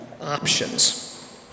options